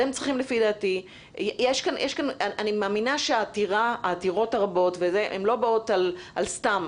אני מאמינה שהעתירות הרבות לא באות על סתם,